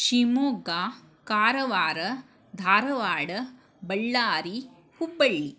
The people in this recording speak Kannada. ಶಿವಮೊಗ್ಗ ಕಾರವಾರ ಧಾರಾವಾಡ ಬಳ್ಳಾರಿ ಹುಬ್ಬಳ್ಳಿ